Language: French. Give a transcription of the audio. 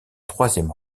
troisième